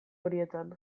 horietan